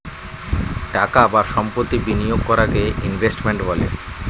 টাকা বা সম্পত্তি বিনিয়োগ করাকে ইনভেস্টমেন্ট বলে